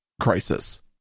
crisis